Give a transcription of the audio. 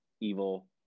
evil